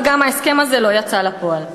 וגם ההסכם הזה לא יצא לפועל.